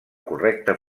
correcte